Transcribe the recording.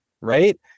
right